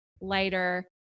lighter